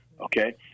Okay